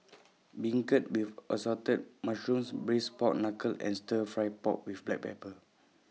Beancurd with Assorted Mushrooms Braised Pork Knuckle and Stir Fry Pork with Black Pepper